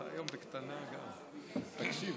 כתוצאה מהתפרצות והתפשטות נגיף הקורונה,